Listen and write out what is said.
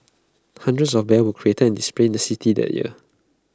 hundreds of bears were created and displayed in the city that year